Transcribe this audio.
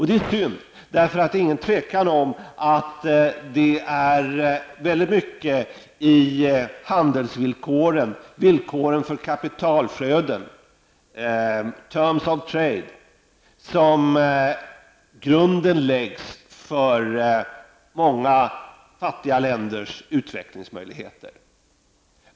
Det är synd därför att det är inget tvivel om att det är väldigt mycket i handelsvillkoren, villkoren för kapitalflöden, terms of trade, som grunden läggs för många fattiga länders utvecklingsmöjligheter.